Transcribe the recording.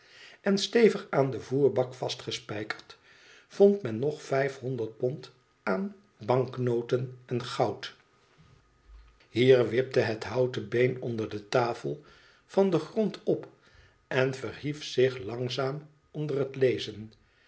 en stevig aan den voerbak vastgespijkerd vond men nog vijfhonderd pond aan banknoten en goud hier wipte het houten been onder de tafel van den grond op en ver hief zich langzaam onder het lezen